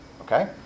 Okay